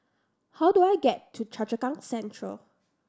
how do I get to Choa Chu Kang Central